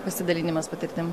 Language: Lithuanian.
pasidalinimas patirtim